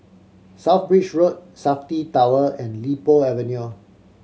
South Bridge Road Safti Tower and Li Po Avenue